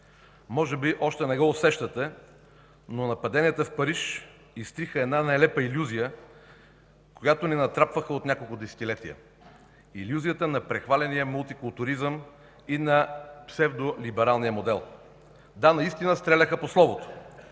Може би още не го усещате, но нападенията в Париж изтриха една нелепа илюзия, която ни натрапваха от няколко десетилетия – илюзията на прехваления мултикултуризъм и на псевдолибералния модел. Да, наистина стреляха по словото,